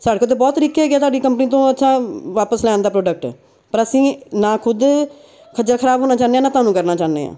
ਸਾਡੇ ਕੋਲ ਤਾਂ ਬਹੁਤ ਤਰੀਕੇ ਹੈਗੇ ਤੁਹਾਡੀ ਕੰਪਨੀ ਤੋਂ ਅੱਛਾ ਵਾਪਸ ਲੈਣ ਦਾ ਪ੍ਰੋਡਕਟ ਪਰ ਅਸੀਂ ਨਾ ਖੁਦ ਖੱਜਲ ਖ਼ਰਾਬ ਹੋਣਾ ਚਾਹੁੰਦੇ ਹਾਂ ਨਾ ਤੁਹਾਨੂੰ ਕਰਨਾ ਚਾਹੁੰਦੇ ਹਾਂ